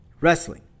wrestling